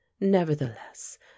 nevertheless